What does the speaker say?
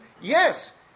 yes